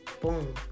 boom